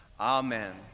Amen